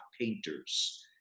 painters